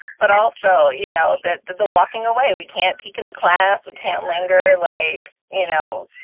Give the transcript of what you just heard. but also, you know that the the walking away, we can't peek in the class. we can't linger like, you know,